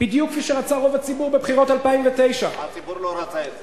בדיוק כפי שרצה רוב הציבור בבחירות 2009. הציבור לא רצה את זה.